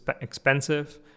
expensive